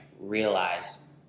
realize